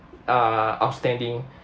uh outstanding